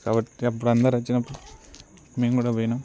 కాబట్టి అప్పుడు అందరు వచ్చినప్పుడు మేము కూడా పోయినాం